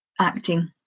acting